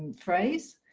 phrase.